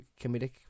comedic